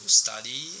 study